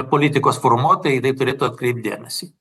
politikos formuotojai į tai turėtų atkreipt dėmesį